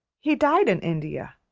he died in india.